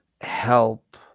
help